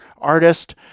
artist